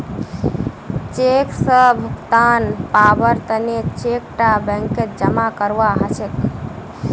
cheque स भुगतान पाबार तने चेक टा बैंकत जमा करवा हछेक